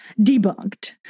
debunked